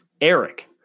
Eric